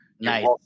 Nice